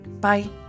Bye